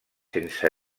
sense